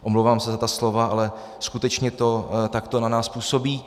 Omlouvám se za ta slova, ale skutečně to takto na nás působí.